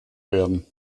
werden